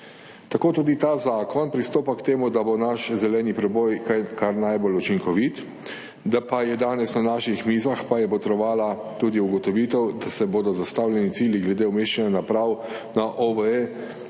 Tako tudi ta zakon pristopa k temu, da bo naš zeleni prebojkar najbolj učinkovit, da pa je danes na naših mizah, pa je botrovala tudi ugotovitev, da se bodo zastavljeni cilji glede umeščanja naprav na OVE